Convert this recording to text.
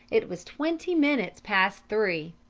it was twenty minutes past three.